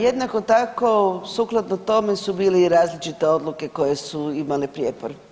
Jednako tako sukladno tome su bili i različite odluke koje su imale prijepor.